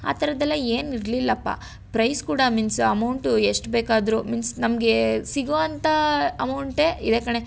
ಆ ಥರದ್ದೆಲ್ಲ ಏನು ಇರಲಿಲ್ಲಪ್ಪ ಪ್ರೈಸ್ ಕೂಡ ಮೀನ್ಸ್ ಅಮೌಂಟು ಎಷ್ಟು ಬೇಕಾದ್ರು ಮೀನ್ಸ್ ನಮಗೆ ಸಿಗುವಂತ ಅಮೌಂಟೇ ಇದೆ ಕಣೇ